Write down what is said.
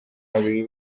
babiri